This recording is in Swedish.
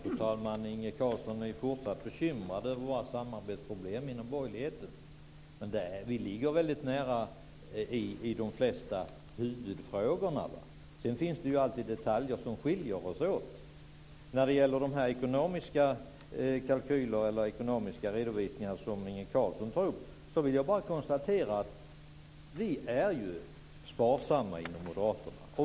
Fru talman! Inge Carlsson är fortsatt bekymrad över våra samarbetsproblem inom borgerligheten. Vi ligger nära varandra i de flesta huvudfrågorna. Sedan finns det alltid detaljer som skiljer oss åt. Inge Carlsson tog upp de ekonomiska redovisningarna. Jag vill bara konstatera att vi är sparsamma inom moderaterna.